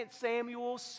Samuel